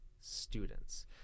students